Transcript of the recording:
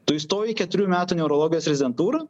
tu įstoji į keturių metų neurologijos rezidentūrą